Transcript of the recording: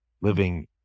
living